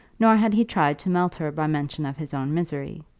nor had he tried to melt her by mention of his own misery.